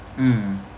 mm